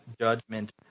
judgment